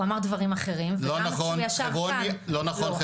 הוא אמר דברים אחרים וגם כשהוא ישב כאן -- לא נכון,